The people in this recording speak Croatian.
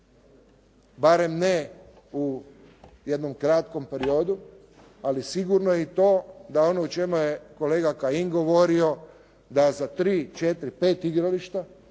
barem ne u jednom kratkom periodu, ali sigurno je i to da ono o čemu je kolega Kajin govorio da za tri, četiri, pet igrališta